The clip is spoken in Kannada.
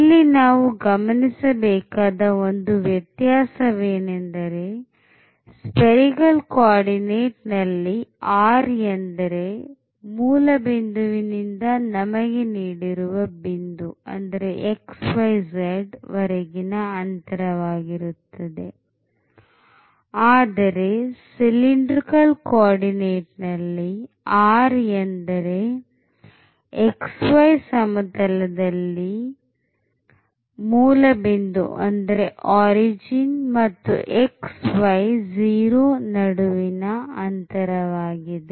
ಇಲ್ಲಿ ನಾವು ಗಮನಿಸಬೇಕಾದ ಒಂದು ವ್ಯತ್ಯಾಸವೇನೆಂದರೆ spherical coordinate ನಲ್ಲಿ r ಎಂದರೆ ಮೂಲಬಿಂದುವಿನಿಂದ ನಮಗೆ ನೀಡಿರುವ ಬಿಂದು ಅಂದರೆ xyz ವರೆಗಿನ ಅಂತರವಾಗಿರುತ್ತದೆ ಆದರೆ cylindrical coordinateನಲ್ಲಿ r ಎಂದರೆ xy ಸಮತಲದಲ್ಲಿ ಮೂಲಬಿಂದು ಮತ್ತು xy0 ನಡುವಿನ ಅಂತರವಾಗಿದೆ